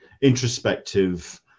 introspective